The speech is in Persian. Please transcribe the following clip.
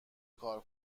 کار